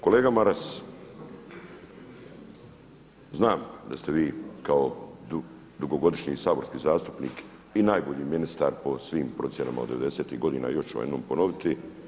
Kolega Maras, znam da ste vi kao dugogodišnji saborski zastupnik i najbolji ministar po svim procjenama od devedesetih godina još ću jednom ponoviti.